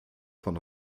von